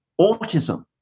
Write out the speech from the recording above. autism